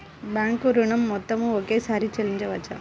Bank ఋణం మొత్తము ఒకేసారి చెల్లించవచ్చా?